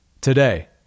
today